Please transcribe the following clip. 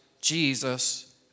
Jesus